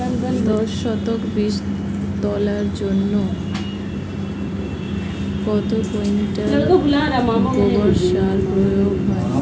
দশ শতক বীজ তলার জন্য কত কুইন্টাল গোবর সার প্রয়োগ হয়?